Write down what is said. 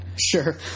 Sure